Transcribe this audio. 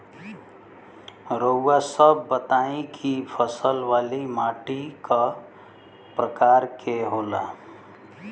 रउआ सब बताई कि फसल वाली माटी क प्रकार के होला?